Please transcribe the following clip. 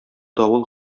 давыл